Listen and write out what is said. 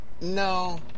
No